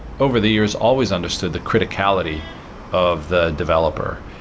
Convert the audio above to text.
over the years, always understood the criticality of the developer.